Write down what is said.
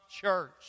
church